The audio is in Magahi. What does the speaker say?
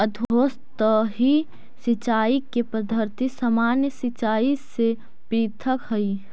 अधोसतही सिंचाई के पद्धति सामान्य सिंचाई से पृथक हइ